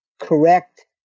correct